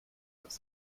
das